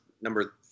number